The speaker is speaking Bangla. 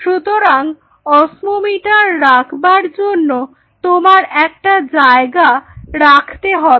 সুতরাং অস্মোমিটার রাখবার জন্য তোমার একটা জায়গা রাখতে হবে